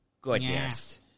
Goodness